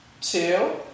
two